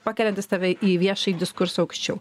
pakeliantis tave į viešąjį diskursą aukščiau